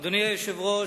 אדוני היושב-ראש,